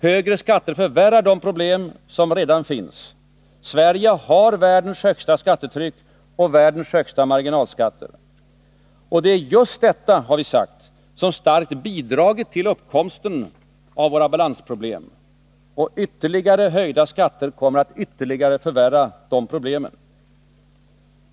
Högre skatter förvärrar de problem som redan finns. Sverige har världens högsta skattetryck och världens högsta marginalskatter. Och det är just detta, har vi sagt, som starkt bidragit till uppkomsten av våra balansproblem. Ytterligare höjda skatter kommer att ytterligare förvärra dessa problem.